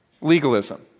legalism